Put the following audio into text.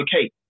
okay